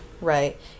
right